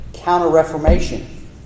counter-reformation